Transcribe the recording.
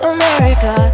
America